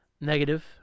negative